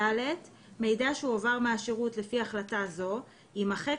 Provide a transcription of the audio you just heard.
(ד)מידע שהועבר מהשירות לפי החלטה זו יימחק